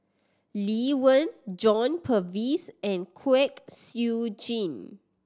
Lee Wen John Purvis and Kwek Siew Jin